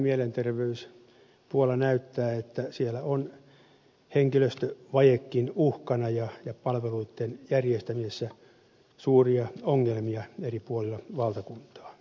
ylipäätään mielenterveyspuolella näyttää että siellä on henkilöstövajekin uhkana ja palveluitten järjestämisessä suuria ongelmia eri puolilla valtakuntaa